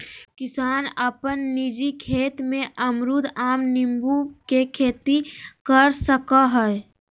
किसान अपन निजी खेत में अमरूद, आम, नींबू के खेती कर सकय हइ